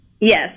Yes